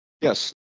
Yes